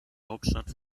hauptstadt